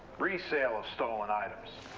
resale of stolen items,